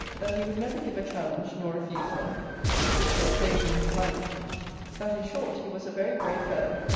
that he would never give a challenge, nor refuse one which they praised in him highly that, in short, he was a very brave fellow,